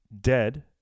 dead